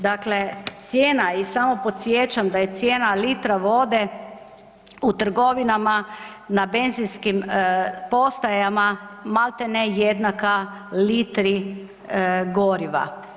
Dakle, cijena i samo podsjećam da je cijena litra vode u trgovinama, na benzinskim postajama maltene jednaka litri goriva.